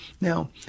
Now